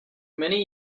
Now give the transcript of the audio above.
many